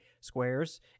squares